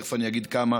תכף אני אגיד כמה,